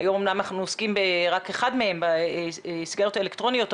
היום אמנם אנחנו עוסקים רק באחד מהם בסיגריות האלקטרוניות,